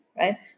right